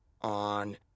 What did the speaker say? on